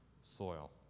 soil